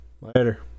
Later